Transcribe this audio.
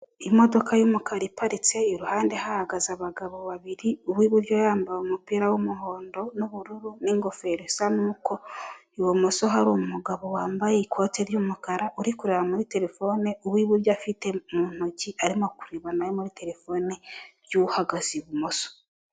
Imodoka y'umukara iparitse iruhande hahagaze abagabo babiri uw'iburyo yambaye umupira w'umuhondo n'ubururu, n'ingofero isa n'uko ibumoso hari umugabo wambaye ikoti ry'umukara, uri kureba muri telefone uw'iburyo afite mu ntoki arimo kureba nawe muri telefone y'uhagaze ibumoso.